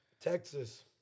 Texas